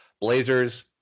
Blazers